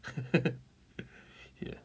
ya